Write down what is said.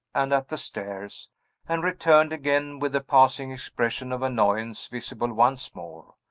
and at the stairs and returned again, with the passing expression of annoyance visible once more.